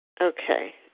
okay